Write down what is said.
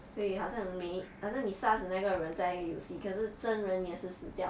所以好像没好像你杀死那个人在游戏可是真人也是死掉